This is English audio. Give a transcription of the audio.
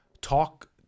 talk